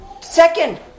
Second